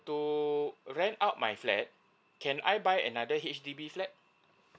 to rent out my flat can I buy another H_D_B flat